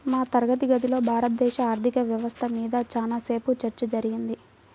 మా తరగతి గదిలో భారతదేశ ఆర్ధిక వ్యవస్థ మీద చానా సేపు చర్చ జరిగింది